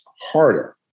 harder